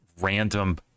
random